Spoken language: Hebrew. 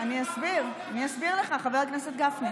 אל תסבירי, לכם אין פיקוח נפש.